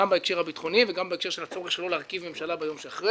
גם בהקשר הביטחוני וגם בהקשר של הצורך שלו להרכיב ממשלה ביום שאחרי